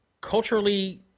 culturally